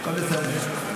הכול בסדר.